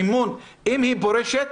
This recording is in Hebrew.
המימון, אם היא פורשת